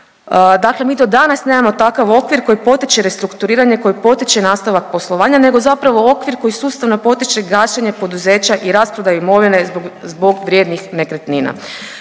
Dakle mi do danas nemamo takav okvir koji potiče restrukturiranje, koji potiče nastavak poslovanja, nego zapravo okvir koji sustavno potiče gašenje poduzeća i rasprodaju imovine zbog vrijednih nekretnina.